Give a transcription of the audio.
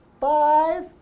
five